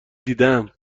دیدم